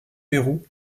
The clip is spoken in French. pérou